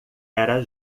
era